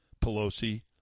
Pelosi